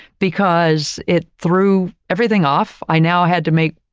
because it threw everything off. i now had to make,